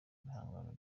bihangano